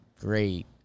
Great